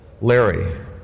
Larry